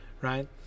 Right